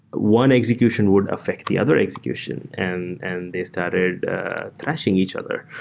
one execution would affect the other execution and and they started thrashing each other,